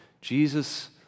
Jesus